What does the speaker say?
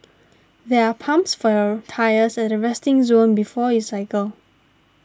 there are pumps for your tyres at the resting zone before you cycle